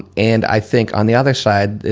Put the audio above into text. and i think on the other side,